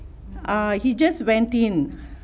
err he just went in